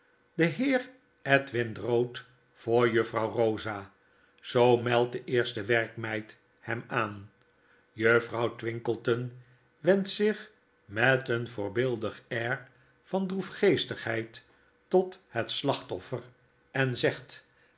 de heer edwin drood voor juffrouw rosa zoo meldt de eerste werkmeid hem aan juffrouw twinkleton wendt zich met een voorbeeldig air van droefgeestigheid tot het slachtoffer en zegt